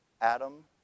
Adam